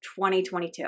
2022